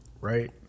right